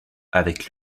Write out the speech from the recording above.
avec